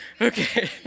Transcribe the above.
Okay